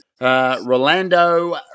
Rolando